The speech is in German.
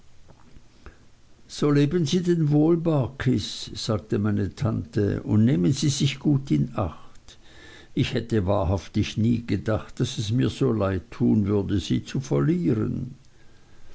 so leben sie denn wohl barkis sagte meine tante und nehmen sie sich gut in acht ich hätte wahrhaftig nie gedacht daß es mir so leid tun würde sie zu verlieren